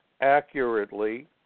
accurately